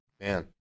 man